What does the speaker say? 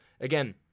Again